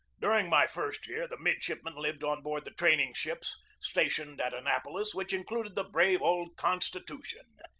during my first year the midshipmen lived on board the training-ships stationed at annapolis, which included the brave old constitution.